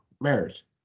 Marriage